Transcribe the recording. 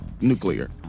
nuclear